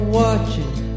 watching